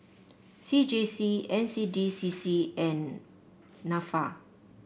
C J C N C D C C and NAFA